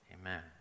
amen